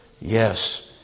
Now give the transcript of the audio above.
Yes